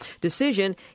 decision